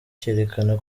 cyerekana